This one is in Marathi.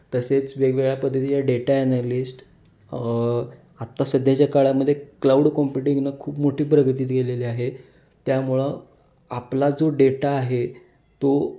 तसेच वेगवेगळ्या पद्धतीच्या डेटा ॲनालिस्ट आत्ता सध्याच्या काळामध्ये क्लाऊड कॉम्प्युटिंगनं खूप मोठी प्रगतीत गेलेली आहे त्यामुळं आपला जो डेटा आहे तो